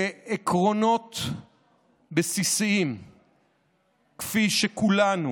לעקרונות בסיסיים שכולנו